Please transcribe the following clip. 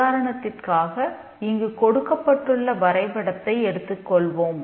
உதாரணத்திற்காக இங்கு கொடுக்கப்பட்டுள்ள வரைபடத்தை எடுத்துக் கொள்வோம்